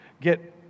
get